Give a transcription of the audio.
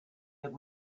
had